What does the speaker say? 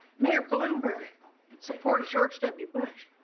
mayor bloomberg supported george w. bush,